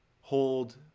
hold